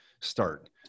start